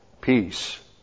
peace